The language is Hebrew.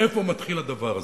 מאיפה מתחיל הדבר הזה.